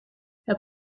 het